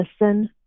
listen